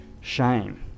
shame